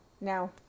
Now